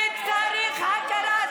צריך הכרה.